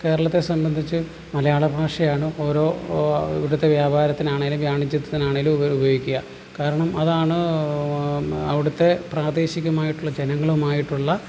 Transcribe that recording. കേരളത്തെ സംബന്ധിച്ച് മലയാള ഭാഷയാണ് ഓരോ ഇവിടുത്തെ വ്യാപാരത്തിനാണെങ്കിലും വാണിജ്യത്തിനാണെങ്കിലും ഉപയോഗിക്കുക കാരണം അതാണ് അവിടുത്തെ പ്രാദേശികമായിട്ടുള്ള ജനങ്ങളുമായിട്ടുള്ള